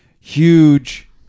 huge